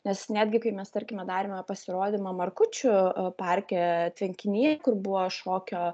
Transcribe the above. nes netgi kai mes tarkime darėme pasirodymą markučių parke tvenkiny kur buvo šokio